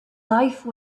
life